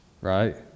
right